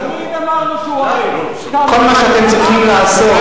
תמיד אמרנו שהוא, כל מה שאתם צריכים לעשות,